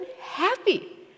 happy